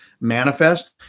manifest